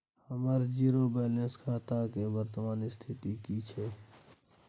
हमर zero balance खाता के वर्तमान स्थिति की छै?